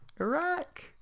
Iraq